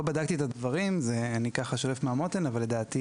לא בדקתי את הדברים ואני שולף מהמותן אבל לדעתי